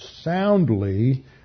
soundly